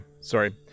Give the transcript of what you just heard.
sorry